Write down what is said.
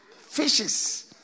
fishes